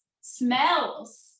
smells